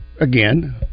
again